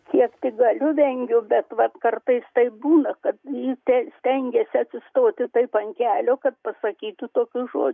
kiek tik galiu vengiu bet vat kartais taip būna kad ji stengiasi atsistoti taip ant kelio kad pasakytų tokius žodžius